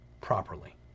properly